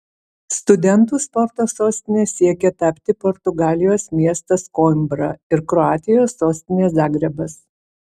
studentų sporto sostine siekia tapti portugalijos miestas koimbra ir kroatijos sostinė zagrebas